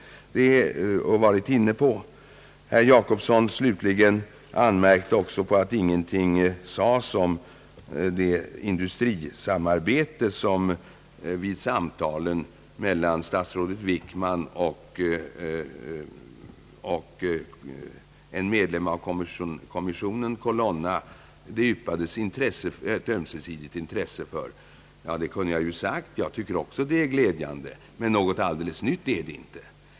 Herr Jacobsson anmärkte slutligen också på att ingenting sades om det industrisamarbete som det yppades ett ömsesidigt intresse för vid samtalen mellan statsrådet Wickman och herr Colonna, en medlem av kommissionen. Jag tycker också det är glädjande, och det hade jag ju kunnat säga. Men någonting alldeles nytt är det inte.